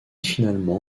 finalement